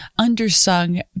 undersung